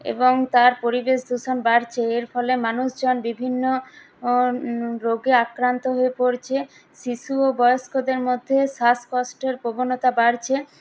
এবং তার পরিবেশ দূষণ বাড়ছে এর ফলে মানুষজন বিভিন্ন রোগে আক্রান্ত হয়ে পড়ছে শিশু ও বয়স্কদের মধ্যে শ্বাসকষ্টের প্রবণতা বাড়ছে